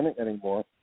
anymore